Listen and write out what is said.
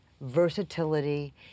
versatility